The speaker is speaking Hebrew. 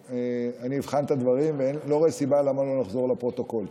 אני אבחן את הדברים ואני לא רואה סיבה לא לחזור לפרוטוקול.